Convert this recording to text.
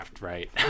right